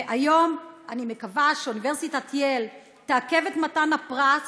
והיום אני מקווה שאוניברסיטת ייל תעכב את מתן הפרס,